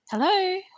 Hello